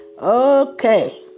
Okay